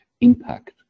impact